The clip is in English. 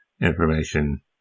information